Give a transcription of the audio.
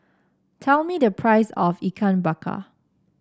tell me the price of Ikan Bakar